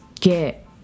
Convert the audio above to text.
get